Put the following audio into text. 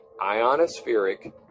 ionospheric